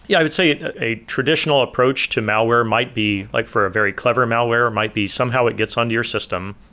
yeah i would say a traditional approach to malware might be like for a very clever malware, it might be somehow it gets onto your system.